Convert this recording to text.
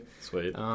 Sweet